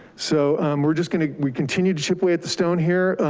so we're just gonna, we continue to chip away at the stone here.